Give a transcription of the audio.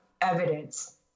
evidence